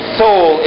soul